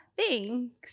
thanks